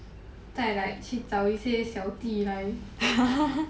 在 like 去找一些小弟来